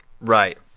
Right